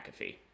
mcafee